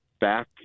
back